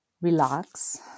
relax